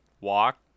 walk